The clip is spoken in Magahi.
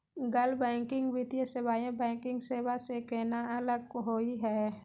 गैर बैंकिंग वित्तीय सेवाएं, बैंकिंग सेवा स केना अलग होई हे?